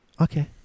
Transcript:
Okay